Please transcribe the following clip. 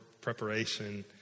preparation